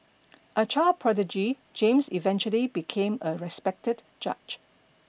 a child prodigy James eventually became a respected judge